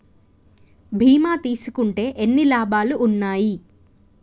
బీమా తీసుకుంటే ఎన్ని లాభాలు ఉన్నాయి?